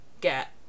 get